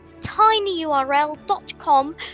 tinyurl.com